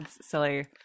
Silly